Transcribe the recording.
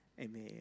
Amen